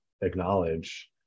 acknowledge